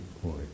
point